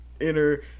inner